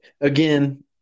Again